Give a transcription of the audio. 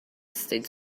states